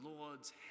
Lord's